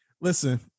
Listen